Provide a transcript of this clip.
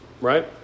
Right